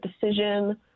decision